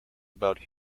about